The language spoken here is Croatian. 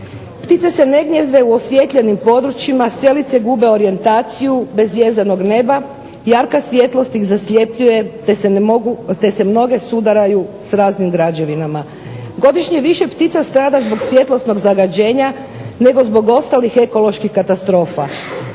Ptice se ne gnijezde u osvijetljenim prostorima, selice gube orijentaciju bez zvjezdanog neba, jarka svjetlost ih zasljepljuje te se mnoge sudaraju s raznim građevinama. Godišnje više ptica strada zbog svjetlosnog zagađenja nego zbog ostalih ekoloških katastrofa.